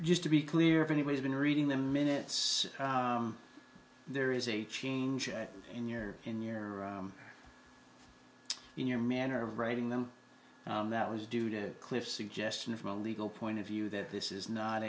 used to be clear if anybody been reading the minutes there is a change in your in your in your manner of writing them that was due to cliff suggestion from a legal point of view that this is not